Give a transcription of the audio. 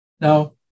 Now